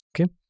Okay